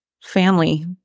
family